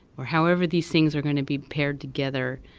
or how ever these things are going to be paired together.